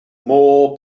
more